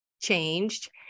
changed